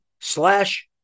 slash